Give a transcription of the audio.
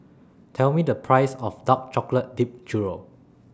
Tell Me The Price of Dark Chocolate Dipped Churro